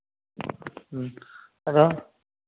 hello